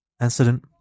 incident